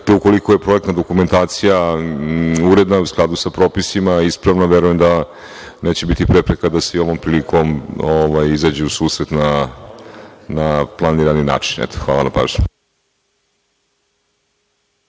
ukoliko je projekta dokumentacije uredna, u skladu sa propisima i ispravna, verujem da neće biti prepreka da se i ovom prilikom izađe u susret na planirani način. Hvala na pažnji.